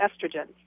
estrogen